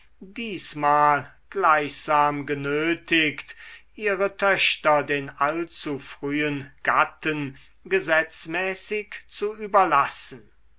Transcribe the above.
diesmal gleichsam genötigt ihre töchter den allzu frühen gatten gesetzmäßig zu überlassen